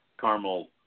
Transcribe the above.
caramel